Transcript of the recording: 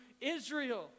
Israel